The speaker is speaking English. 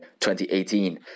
2018